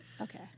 Okay